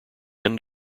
end